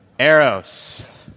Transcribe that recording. Eros